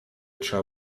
trzeba